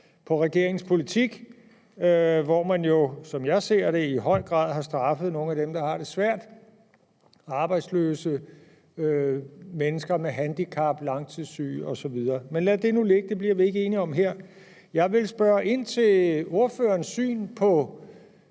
på regeringens politik, hvor man jo, som jeg ser det, i høj grad har straffet nogle af dem, der har det svært – arbejdsløse, mennesker med handicap, langtidssyge osv. Men lad det nu ligge, det bliver vi ikke enige om her. Jeg vil spørge ind til ordførerens syn på